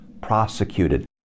prosecuted